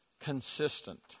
Consistent